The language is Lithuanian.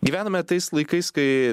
gyvename tais laikais kai